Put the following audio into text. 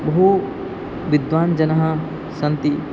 बहु विद्वान् जनः सन्ति